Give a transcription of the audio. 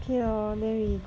okay lor then we go